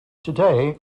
today